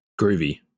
Groovy